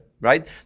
right